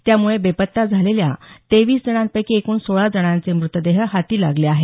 त्यामुळे बेपत्ता झालेल्या तेवीस जणांपैकी एकूण सोळा जणांचे मृतदेह हाती लागले आहेत